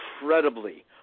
incredibly